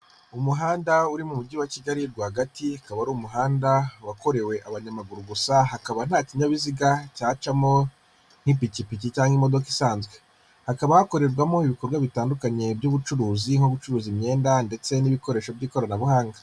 Umuhanda uri mu mujyi wa Kigali rwagati, akaba ari umuhanda wakorewe abanyamaguru gusa, hakaba nta kinyabiziga cyacamo nk'ipikipiki cyangwa imodoka isanzwe. Hakaba hakorerwamo ibikorwa bitandukanye by'ubucuruzi nko gucuruza imyenda ndetse n'ibikoresho by'ikoranabuhanga.